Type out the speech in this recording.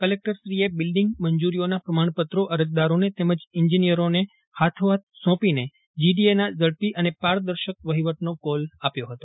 કલેકટરશ્રીએ building મંજૂરીઓના પ્રમાણપત્રો અરજદારોને તેમજ ઇન્જિનીયરોને હાથોહાથ સોંપીને જીડીએના ઝડપી અને પારદર્શક વહીવટનો કોલ આપ્યો હતો